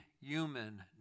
human